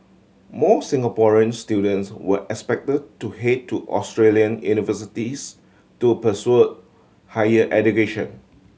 more Singaporean students were expect to head to Australian universities to pursue higher education